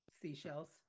seashells